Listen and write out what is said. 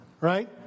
right